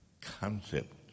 concept